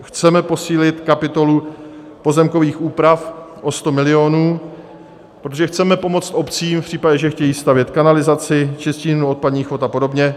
Chceme posílit kapitolu pozemkových úprav o 100 milionů, protože chceme pomoct obcím v případě, že chtějí stavět kanalizaci, čistírnu odpadních vod a podobně.